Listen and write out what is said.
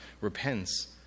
repents